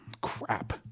crap